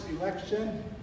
election